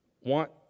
want